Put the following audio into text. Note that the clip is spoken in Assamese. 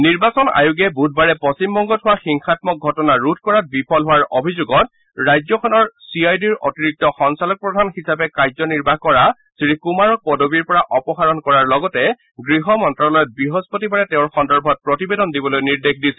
নিৰ্বাচন আয়োগে বুধবাৰে পশ্চিমবঙ্গত হোৱা হিংসাম্মক ঘটনা ৰোধ কৰাত বিফল হোৱাৰ অভিযোগত ৰাজ্যখনৰ চি আই ডিৰ অতিৰিক্ত সঞ্চালকপ্ৰধান হিচাপে কাৰ্যনিৰ্বাহ কৰা শ্ৰীকুমাৰক পদবীৰ পৰা অপসাৰণ কৰোৱাৰ লগতে গৃহ মন্তালয়ত বৃহস্পতিবাৰে তেওঁৰ সন্দৰ্ভত প্ৰতিবেদন দিবলৈ নিৰ্দেশ দিছিল